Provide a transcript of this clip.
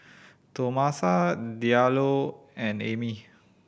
Tomasa Diallo and Emmy